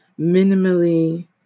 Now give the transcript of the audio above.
minimally